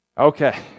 Okay